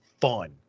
fun